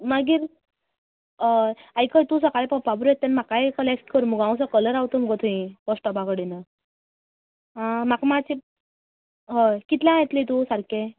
मागीर हय आयकय तूं सकाळी पपा बरोबर येत तेन्ना म्हाकाय कालेक्ट कर मगो हांव सकल रावता मगो थंयी बसस्टोपा कडेन आं म्हाका मात्शें हय कितल्याक येतले तूं सारके